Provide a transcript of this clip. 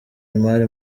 imari